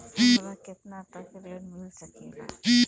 हमरा केतना तक ऋण मिल सके ला?